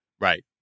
Right